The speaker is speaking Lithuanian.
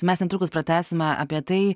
mes netrukus pratęsime apie tai